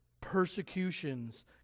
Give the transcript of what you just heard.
persecutions